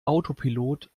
autopilot